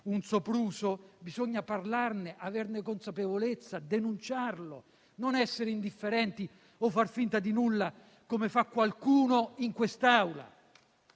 un sopruso, bisogna parlarne, averne consapevolezza, denunciarlo, non essere indifferenti o far finta di nulla come fa qualcuno in quest'Aula.